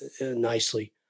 nicely